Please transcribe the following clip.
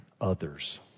others